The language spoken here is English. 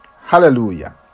Hallelujah